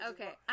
Okay